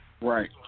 right